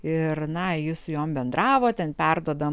ir na ji su jom bendravo ten perduoda